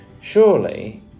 Surely